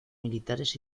militares